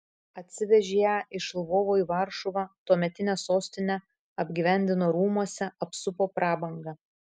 atsivežė ją iš lvovo į varšuvą tuometinę sostinę apgyvendino rūmuose apsupo prabanga